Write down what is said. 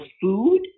food